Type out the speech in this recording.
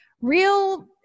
real